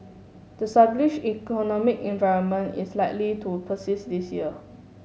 the sluggish economic environment is likely to persist this year